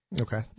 Okay